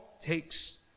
takes